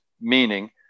meaning